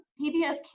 PBS